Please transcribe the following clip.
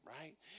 right